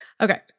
Okay